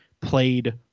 played